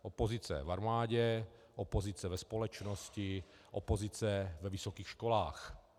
Opozice v armádě, opozice ve společnosti, opozice ve vysokých školách.